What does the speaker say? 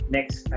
next